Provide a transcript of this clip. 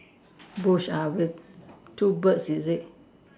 brush are birds two birds is it